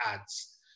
ads